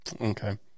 okay